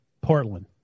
Portland